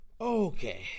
Okay